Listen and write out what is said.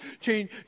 change